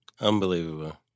Unbelievable